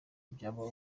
byaba